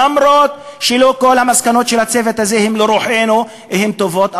אף שלא כל המסקנות של הצוות הזה הן לרוחנו והן טובות,